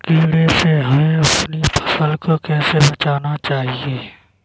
कीड़े से हमें अपनी फसल को कैसे बचाना चाहिए?